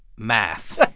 math.